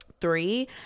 three